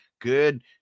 Good